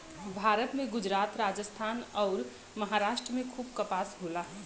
भारत में गुजरात, राजस्थान अउर, महाराष्ट्र में खूब कपास होला